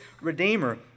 redeemer